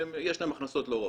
יש להם הכנסות לא רעות.